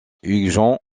huygens